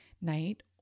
night